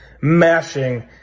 mashing